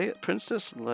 Princess